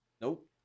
Nope